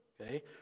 okay